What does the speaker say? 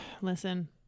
listen